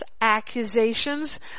accusations